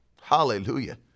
Hallelujah